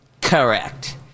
Correct